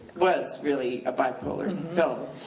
was really a bipolar fellow.